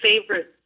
favorite